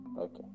okay